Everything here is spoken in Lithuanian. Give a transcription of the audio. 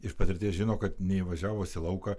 iš patirties žino kad neįvažiavus į lauką